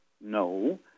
No